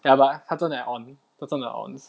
ya but 他真的很 on 他真的 onz